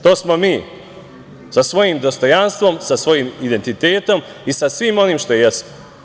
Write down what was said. To smo mi, sa svojim dostojanstvom, sa svojim identitetom i sa svim onim što jesmo.